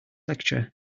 lecture